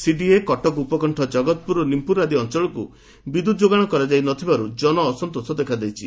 CDA Cuttack ଉପକଣ୍ ଜଗତ୍ପୁର ଓ ନିମପୁର ଆଦି ଅଞ୍ଞଳକୁ ବିଦ୍ୟୁତ୍ ଯୋଗାଣ କରାଯାଇ ନ ଥିବାରୁ ଜନ ଅସନ୍ତୋଷ ଦେଖାଦେଇଛି